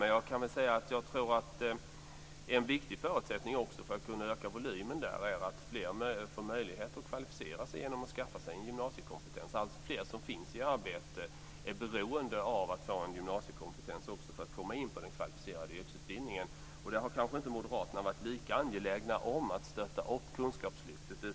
Men jag tror att en viktig förutsättning för att kunna öka volymen där är att fler får möjlighet att kvalificera sig genom att skaffa sig en gymnasiekompetens. Alltfler som finns i arbete är beroende av att få en gymnasiekompetens för att komma in på den kvalificerade yrkesutbildningen. Här har Moderaterna kanske inte varit lika angelägna om att stödja kunskapslyftet.